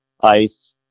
ice